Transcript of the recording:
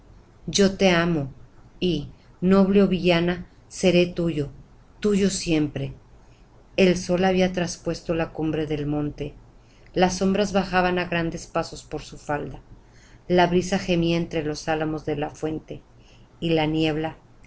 yo te amo y noble ó villana seré tuyo tuyo siempre el sol había traspuesto la cumbre del monte las sombras bajaban á grandes pasos por su falda la brisa gemía entre los álamos de la fuente y la niebla